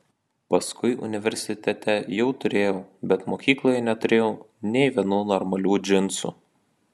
paskui universitete jau turėjau bet mokykloje neturėjau nė vienų normalių džinsų